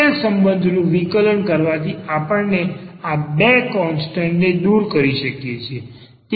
આપેલ સંબંધનું વિકલન કરવાથી આપણે આ બંને કોન્સટન્ટ ને દૂર કરી શકીશું